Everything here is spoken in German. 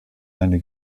eine